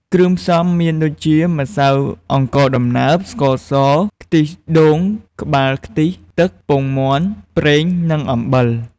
គ្រឿងផ្សំមានដូចជា ម្សៅអង្ករដំណើប ស្ករស ខ្ទិះដូងក្បាលខ្ទិះ ទឹក ពងមាន់ ប្រេង និងអំបិល។